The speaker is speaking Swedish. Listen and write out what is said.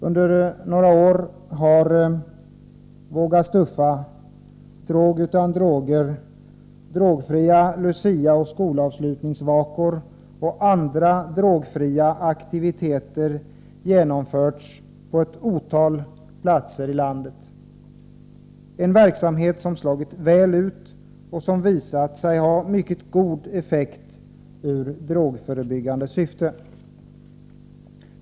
Under några år har ”Våga stuffa”, ”Drag utan droger”, drogfria Luciaoch skolavslutningsvakor samt andra drogfria aktiviteter genomförts på ett otal platser i landet. Det är en verksamhet som slagit väl ut och som visat sig ha mycket god effekt i drogförebyggande syfte.